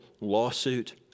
lawsuit